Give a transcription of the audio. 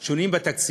של שינויים בתקציב,